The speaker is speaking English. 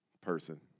person